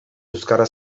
euskara